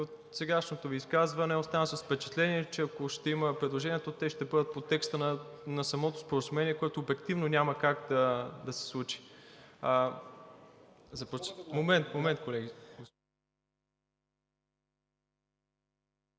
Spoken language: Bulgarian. от сегашното Ви изказване оставам с впечатление, че ако ще има предложения, то те ще бъдат по текста на самото споразумение, което обективно няма как да се случи. (Уточнения